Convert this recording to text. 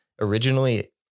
originally